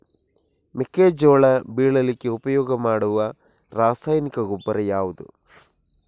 ಮೆಕ್ಕೆಜೋಳ ಬೆಳೀಲಿಕ್ಕೆ ಉಪಯೋಗ ಮಾಡುವ ರಾಸಾಯನಿಕ ಗೊಬ್ಬರ ಯಾವುದು?